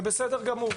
זה בסדר גמור.